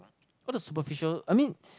all the superficial I mean